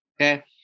Okay